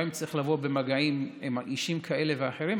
גם אם נצטרך לבוא במגעים עם אישים כאלה ואחרים,